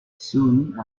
soon